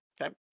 Okay